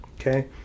Okay